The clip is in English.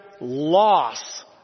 loss